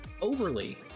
overly